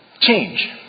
change